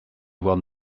one